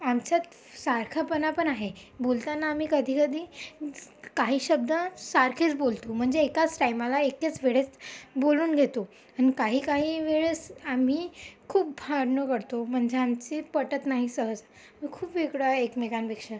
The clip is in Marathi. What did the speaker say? आमच्यात फ सारखेपणापण आहे बोलताना आम्ही कधीकधी काही शब्द सारखेच बोलतो म्हणजे एकाच टाईमाला एकाच वेळेस बोलून घेतो आणि काही काही वेळेस आम्ही खूप भांडणं कडतो म्हणजे आमचे पटत नाही सहज खूप वेगळं आहे एकमेकांपेक्षा